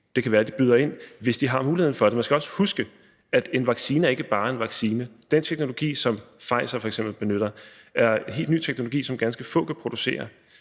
Det kan være, de byder ind, hvis de har muligheden for det. Man skal også huske, at en vaccine ikke bare er en vaccine. Den teknologi, som Pfizer f.eks. benytter, er helt ny teknologi, som ganske få kan producere.